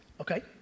Okay